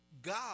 God